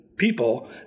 people